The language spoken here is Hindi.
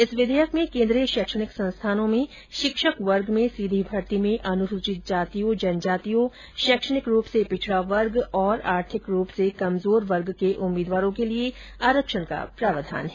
इस विधेयक में केंद्रीय शैक्षणिक संस्थानों में शिक्षक वर्ग में सीधी भर्ती में अनुसूचित जातियों जनजातियों शैक्षणिक रूप से पिछड़ा वर्ग और आर्थिक रूप से कमजोर वर्ग के उम्मीदवारों के लिए आरक्षण का प्रावधान है